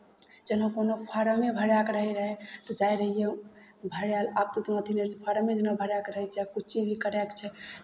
जेना कोनो फॉर्मे भरायके रहैत रहय तऽ जाइ रहियै भरय लए आब तऽ ओतना अथी नहि रहैत छै फॉर्मे जेना भरयके रहैत छै आब किछु चीज भी करयके छै